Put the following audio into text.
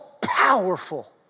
powerful